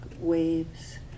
waves